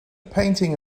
painting